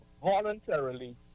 voluntarily